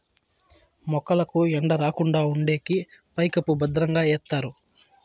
మొక్కలకు ఎండ రాకుండా ఉండేకి పైకప్పు భద్రంగా ఎత్తారు